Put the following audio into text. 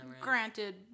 granted